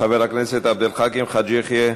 חבר הכנסת עבד אל חכים חאג' יחיא,